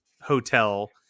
hotel